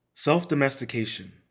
Self-domestication